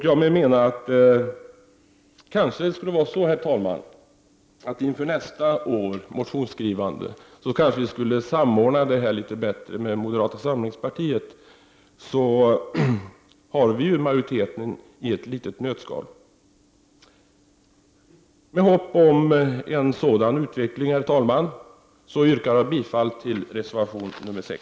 Jag menar att det kanske skall vara på det sättet, herr talman, att vi inför nästa års motionsskrivande skall samordna den verksamheten bättre med moderata samlingspartiet. Då har vi ju majoriteten i ett nötskal! Med hopp om en sådan utveckling, herr talman, yrkar jag bifall till reservation nr 6.